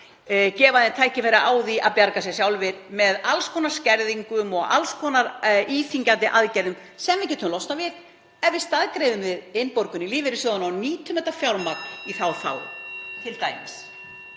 vinna tækifæri á því að bjarga sér sjálfir með alls konar skerðingum og alls konar íþyngjandi aðgerðum sem við getum losnað við ef við staðgreiðum við innborgun í lífeyrissjóðina og nýtum þetta fjármagn t.d.